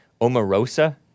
Omarosa